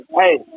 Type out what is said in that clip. Hey